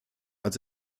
als